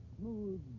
smooth